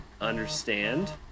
understand